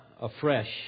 afresh